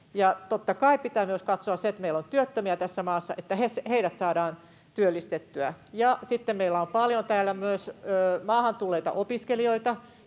totta kai pitää myös katsoa se, että meillä on työttömiä tässä maassa, että heidät saadaan työllistettyä. Ja sitten meillä on täällä paljon myös maahan tulleita opiskelijoita,